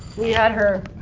we had her